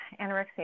anorexia